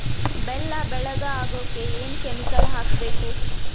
ಬೆಲ್ಲ ಬೆಳಗ ಆಗೋಕ ಏನ್ ಕೆಮಿಕಲ್ ಹಾಕ್ಬೇಕು?